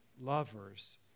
lovers